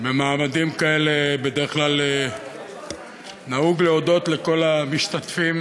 במעמדים כאלה בדרך כלל נהוג להודות לכל המשתתפים